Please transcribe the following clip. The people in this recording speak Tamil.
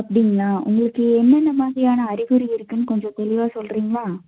அப்படிங்களா உங்களுக்கு என்னென்ன மாதிரியான அறிகுறி இருக்குதுன்னு கொஞ்சம் தெளிவாக சொல்கிறீங்களா